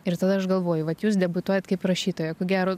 ir tada aš galvoju vat jūs debiutuojat kaip rašytoja ko gero